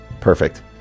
Perfect